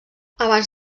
abans